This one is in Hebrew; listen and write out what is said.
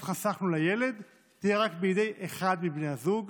חסכנו לילד תהיה רק בידי אחד מבני הזוג.